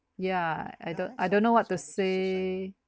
yeah I don't I don't know what to say